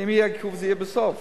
אז אם יהיה עיכוב זה יהיה יותר בסוף,